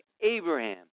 Abraham